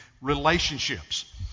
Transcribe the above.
relationships